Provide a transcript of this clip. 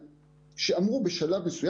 אתה מדבר על החייל בין ה-17,